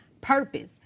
purpose